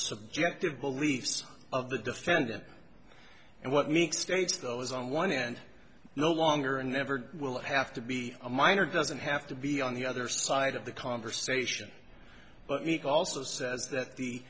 subjective beliefs of the defendant and what makes states though is on one hand no longer and never will it have to be a minor doesn't have to be on the other side of the conversation but meat also says that the